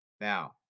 Now